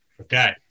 Okay